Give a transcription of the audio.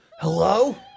Hello